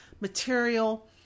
material